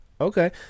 Okay